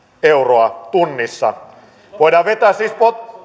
euroa tunnissa voidaan vetää siis